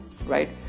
Right